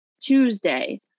Tuesday